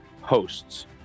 hosts